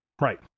Right